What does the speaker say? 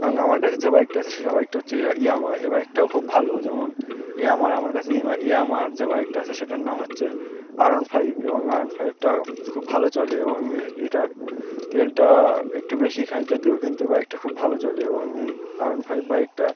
এবং আমার কাছে যে বাইকটা আছে সেটা বাইকটা হচ্ছে ইয়ামাহা এই বাইকটাও খুব ভালো যেমন ইয়ামাহা আমার কাছে ইয়ামাহার যে বাইকটা আছে সেটার নাম হচ্ছে আয়রন ফাইভ এবং আয়রন ফাইভটা খুব ভালো চলে এবং এটার তেলটা একটু বেশি খায় যদিও কিন্তু এই বাইকটা খুব ভালো চলে এবং এই আয়রন ফাইভ বাইকটা